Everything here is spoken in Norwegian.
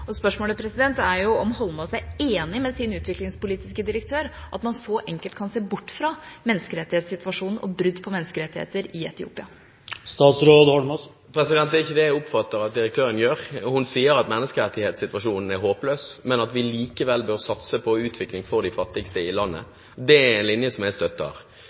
Spørsmålet er om Holmås er enig med sin utviklingspolitiske direktør i at man så enkelt kan se bort fra menneskerettighetssituasjonen og brudd på menneskerettigheter i Etiopia. Det er ikke det jeg oppfatter at direktøren gjør. Hun sier at menneskerettighetssituasjonen er håpløs, men at vi likevel bør satse på utvikling for de fattigste i landet. Det er en linje jeg støtter.